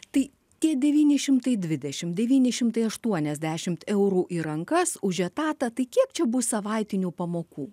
tai tie devyni šimtai dvidešim devyni šimtai aštuoniasdešimt eurų į rankas už etatą tai kiek čia bus savaitinių pamokų